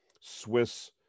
Swiss